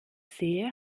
sehe